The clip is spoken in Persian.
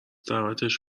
دعوتش